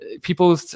people